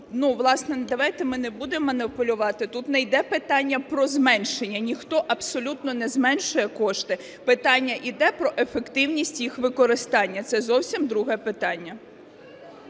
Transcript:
Власне, давайте ми не будемо маніпулювати. Тут не йде питання про зменшення, ніхто абсолютно не зменшує кошти, питання йде про ефективність їх використання. Це зовсім друге питання.